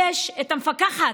יש את המפקחת,